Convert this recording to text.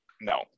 No